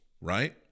right